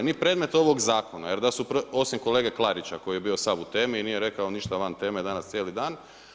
Ni predmet ovoga zakona, osim kolege Klarića koji je bio sav u temi i nije rekao ništa van teme danas cijeli dan.